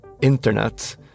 internet